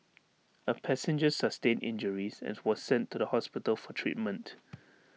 A passenger sustained injuries and was sent to the hospital for treatment